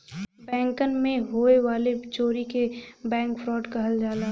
बैंकन मे होए वाले चोरी के बैंक फ्राड कहल जाला